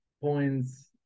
points